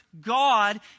God